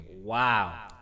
Wow